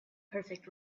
perfect